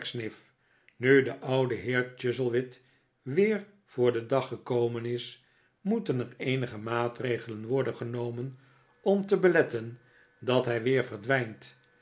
nu de oude heer chuzzlewit weer voor den dag gekomen is raoeten er eenige maatregelen worden genomen om te beletten dat hij weer verdwijnt